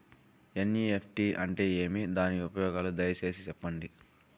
NEFT అంటే ఏమి? దాని ఉపయోగాలు దయసేసి సెప్పండి?